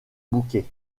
bouquets